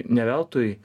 ne veltui